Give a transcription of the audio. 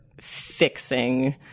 fixing